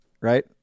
Right